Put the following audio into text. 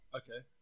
okay